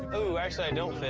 ooh, actually i don't fit.